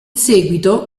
seguito